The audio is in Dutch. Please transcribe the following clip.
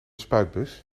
spuitbus